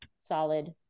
solid